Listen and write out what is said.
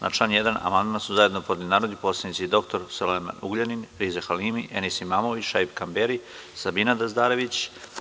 Na član 1. amandman su zajedno podneli narodni poslanici dr Sulejman Ugljanin, Riza Halimi, Enis Imamović, Šaip Kamberi i Sabina Dazdarević.